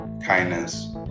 kindness